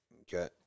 okay